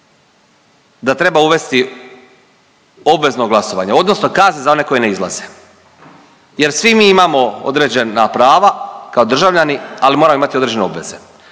da treba uvesti obvezno glasovanje, odnosno kazne za one koji ne izlaze jer svi mi imamo određena prava kao državljani, ali moramo imati i određene obveze.